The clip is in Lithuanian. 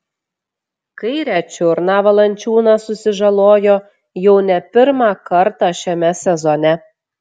kairę čiurną valančiūnas susižalojo jau ne pirmą kartą šiame sezone